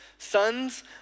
sons